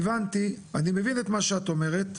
הבנתי, אני מבין את מה שאת אומרת.